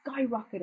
skyrocketed